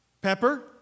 Pepper